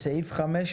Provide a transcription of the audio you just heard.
בסעיף 15: